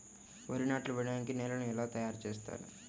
వరి నాట్లు వేయటానికి నేలను ఎలా తయారు చేస్తారు?